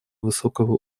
высокого